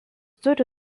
turi